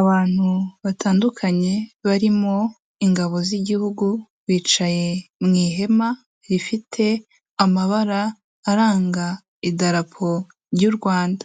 Abantu batandukanye barimo ingabo z'igihugu, bicaye mu ihema rifite amabara aranga idarapo ry'u Rwanda.